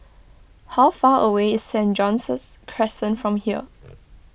how far away is Saint John's Crescent from here